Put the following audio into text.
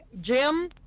Jim